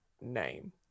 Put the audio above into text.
name